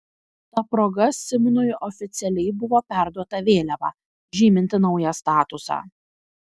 ta proga simnui oficialiai buvo perduoda vėliava žyminti naują statusą